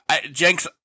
Jenks